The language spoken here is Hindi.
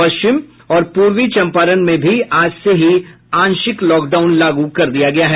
पश्चिम और पूर्वी चंपारण में भी आज से ही आंशिक लॉकडाउन लागू कर दिया गया है